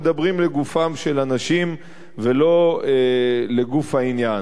מדברים לגופם של אנשים ולא לגוף העניין.